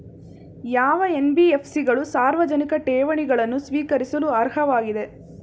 ಯಾವ ಎನ್.ಬಿ.ಎಫ್.ಸಿ ಗಳು ಸಾರ್ವಜನಿಕ ಠೇವಣಿಗಳನ್ನು ಸ್ವೀಕರಿಸಲು ಅರ್ಹವಾಗಿವೆ?